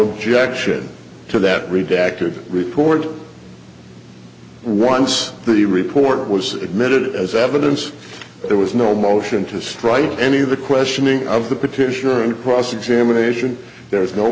objection to that redacted report once the report was admitted as evidence there was no motion to strike any of the questioning of the petitioner in cross examination there is no